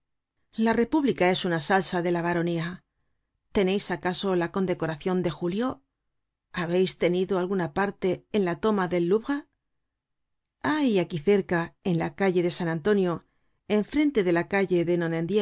la república es una salsa de la baronía teneis acaso la condecoracion de julio habeis tenido alguna parte en la toma del louvre hay aquí cerca en la calle de san antonio en frente de la calle de